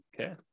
Okay